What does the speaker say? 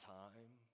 time